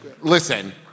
listen